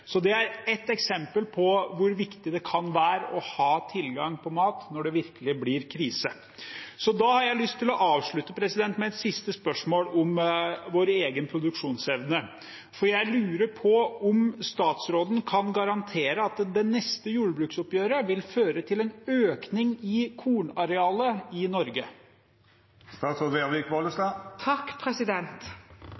Det er ett eksempel på hvor viktig det kan være å ha tilgang på mat når det virkelig blir krise. Så da har jeg lyst til å avslutte med et siste spørsmål om vår egen produksjonsevne. Jeg lurer på: Kan statsråden garantere at det neste jordbruksoppgjøret vil føre til en økning i kornarealet i